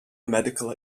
medical